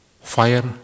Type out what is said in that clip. Fire